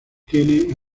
tiene